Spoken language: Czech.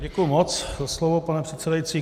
Děkuji moc za slovo, pane předsedající.